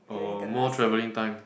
or more travelling time